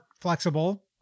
Flexible